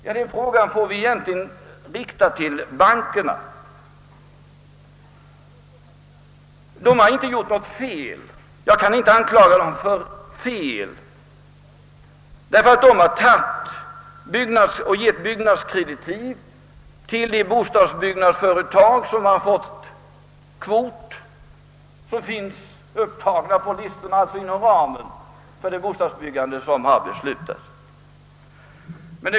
Ja, den frågan bör egentligen riktas till bankerna. Jag kan inte anklaga dem för att ha förfarit felaktigt, därför att de har givit byggnadskreditiv till de bostadsbyggnadsföretag som har fått kvot och som finns upptagna på listorna eftersom de faller inom den beslutade ramen för bostadsbyggande.